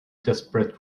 desperate